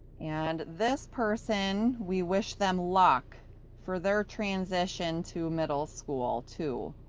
and this person, we wish them luck for their transition to middle school, too.